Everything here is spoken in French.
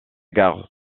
gare